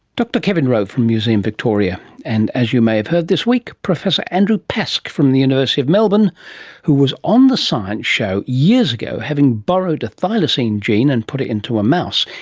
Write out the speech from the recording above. doctor kevin rowe from museum victoria. and as you may have heard this week, professor andrew pask from the university of melbourne who was on the science show years ago having borrowed a thylacine gene and put it into a mouse,